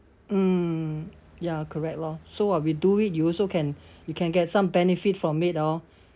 mm ya correct lor so while we do it you also can you can get some benefit from it orh